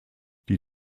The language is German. die